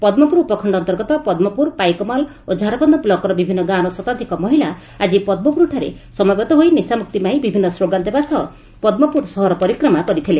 ପଦ୍କପୁର ଉପଖଣ୍ଡ ଅନ୍ତର୍ଗତ ପଦ୍କପୁର ପାଇକମାଲ ଓ ଝାରବନ୍ଧ ବ୍ଲକର ବିଭିନ୍ଦ ଗାଁର ଶତାଧିକ ମହିଳା ଆଜି ପଦ୍କପୁରଠାରେ ସମବେତ ହୋଇ ନିଶା ମୁକ୍ତି ପାଇଁ ବିଭିନ୍ନ ସ୍କୋଗାନ ଦେବା ସହ ପଦ୍କପୁର ସହର ପରିକ୍ରମା କରିଥିଲେ